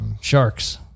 sharks